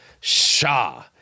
shah